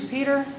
Peter